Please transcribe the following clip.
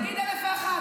תגיד אלף ואחת.